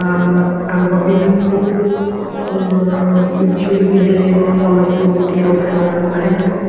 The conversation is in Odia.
ଆମର ଆମ୍ବ ବି ବିକୁ ପିଜୁଳି ବି ହେଲେ ମୁଁ ସମସ୍ତଙ୍କୁ ଦିଏ ମୋ ସାଙ୍ଗମାନଙ୍କୁ ଖାଇବାକୁ